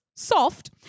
soft